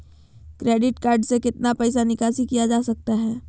Credit card से कितना पैसा निकासी किया जा सकता है?